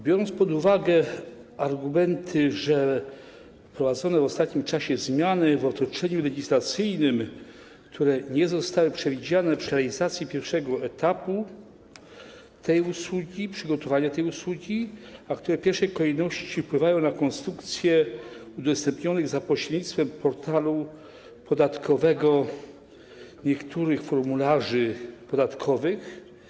Biorąc pod uwagę argumenty, że wprowadzone w ostatnim czasie zmiany w otoczeniu legislacyjnym, które nie zostały przewidziane przy realizacji pierwszego etapu przygotowania tej usługi, a które w pierwszej kolejności wpływają na konstrukcję udostępnionych za pośrednictwem portalu podatkowego niektórych formularzy podatkowych.